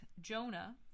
Jonah